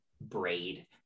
braid